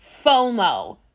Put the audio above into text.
FOMO